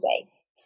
days